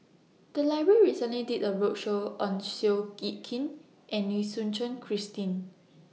The Library recently did A roadshow on Seow Yit Kin and Lim Suchen Christine